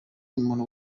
umuntu